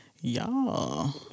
y'all